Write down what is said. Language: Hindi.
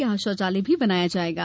यहां शौचालय भी बनाया जाएगा